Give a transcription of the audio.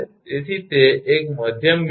તેથી તે એક મધ્યમ બિંદુ છે